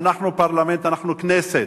אנחנו פרלמנט, אנחנו כנסת.